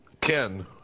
Ken